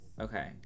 Okay